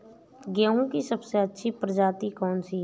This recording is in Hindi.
गेहूँ की सबसे अच्छी प्रजाति कौन सी है?